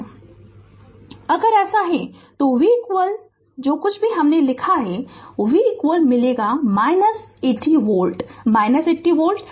Refer Slide Time 0629 तो अगर ऐसा है तो V जो कुछ भी हमने लिखा है V मिलेगा 80 वोल्ट 80 वोल्ट